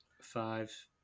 Five